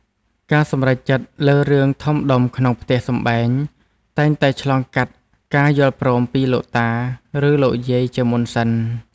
ការសម្រេចចិត្តលើរឿងធំដុំក្នុងផ្ទះសម្បែងតែងតែឆ្លងកាត់ការយល់ព្រមពីលោកតា ឬលោកយាយជាមុនសិន។